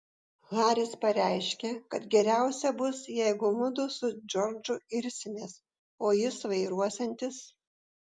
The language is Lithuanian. haris pareiškė kad geriausia bus jeigu mudu su džordžu irsimės o jis vairuosiantis